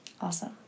Awesome